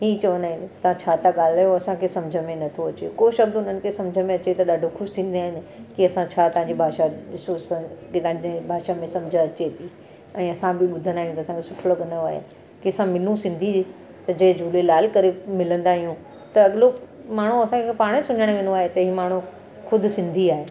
हीउ चवंदा आहिनि तव्हां छा था ॻाल्हायो असांखे सम्झि में नथो अचे को शब्द हुननि खे सम्झि में अचे त ॾाढो ख़ुशि थींदा आहिनि की असां छा तव्हांजी भाषा ॾिसो असां भाषा में सम्झि अचे ऐं असां बि ॿुधंदा आहियूं त असांखे सुठो लॻंदो आहे कंहिंसां मिलूं सिंधी त जय झूलेलाल करे मिलंदा आहियूं त अॻिलो माण्हू असांखे पाण सुञाणे वेंदो आहे त ई माण्हू ख़ुदि सिंधी आहे